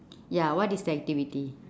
ya what is the activity